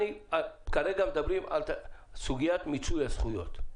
כרגע אנחנו מדברים על סוגיית מיצוי הזכויות.